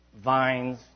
vines